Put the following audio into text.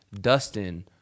Dustin